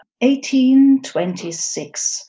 1826